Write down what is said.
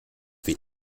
wie